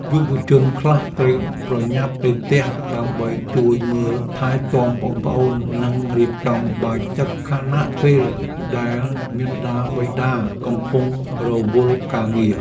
យុវជនខ្លះត្រូវប្រញាប់ទៅផ្ទះដើម្បីជួយមើលថែទាំប្អូនៗនិងរៀបចំបាយទឹកខណៈពេលដែលមាតាបិតាកំពុងរវល់ការងារ។